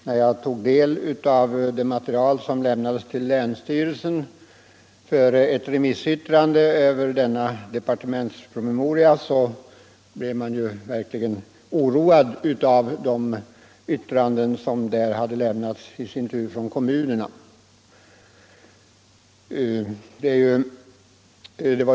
När jag tog del av det material som lämnades till länsstyrelsen före ett remissyttrande över den nämnda departementspromemorian, blev jag verkligen oroad av de yttranden som där hade gjorts från kommunerna.